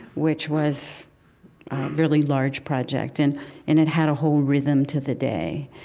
which was a really large project, and and it had a whole rhythm to the day,